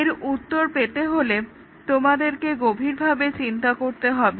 এর উত্তর পেতে হলে তোমাদেরকে গভীরভাবে চিন্তা করতে হবে